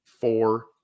four